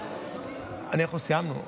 אנחנו סיימנו.